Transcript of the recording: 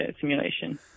simulation